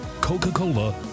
Coca-Cola